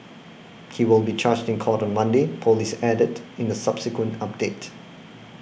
he will be charged in court on Monday police added in a subsequent update